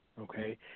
Okay